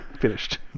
finished